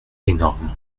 énorme